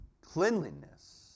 cleanliness